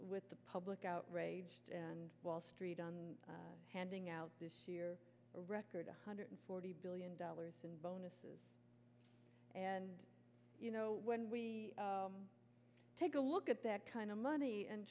with the public outrage and wall street on handing out this year a record one hundred forty billion dollars in bonuses and you know when we take a look at that kind of money and